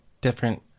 different